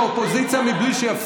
זה לא חזון.